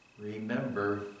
Remember